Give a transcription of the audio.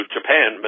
Japan